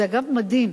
זה, אגב, מדהים.